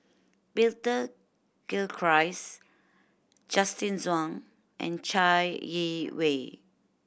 Peter Gilchrist Justin Zhuang and Chai Yee Wei